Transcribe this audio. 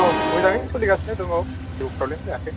औ मोजाङै सोलिगासिनो दं औ जेबो फ्रब्लेम जायाखै